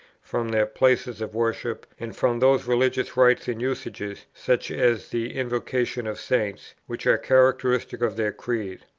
from their places of worship, and from those religious rites and usages, such as the invocation of saints, which are characteristics of their creed.